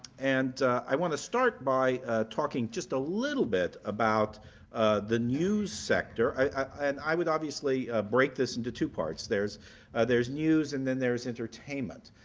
and i want to start by talking just a little bit about the news sector. and i would obviously break this into two parts. there's there's news and then there is entertainment.